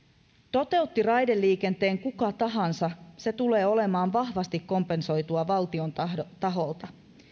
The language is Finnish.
toteutti raideliikenteen kuka tahansa se tulee olemaan vahvasti kompensoitua valtion taholta